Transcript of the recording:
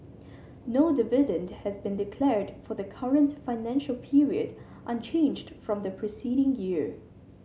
no dividend has been declared for the current financial period unchanged from the preceding year